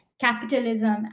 capitalism